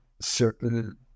certain